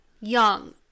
young